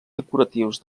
decoratius